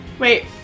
Wait